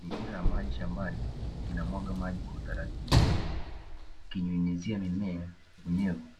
Mipira ya maji shambani inamwaga maji kwa utaratibu, ikinyunyizia mimea unyevu